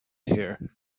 here